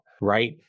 right